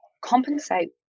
compensate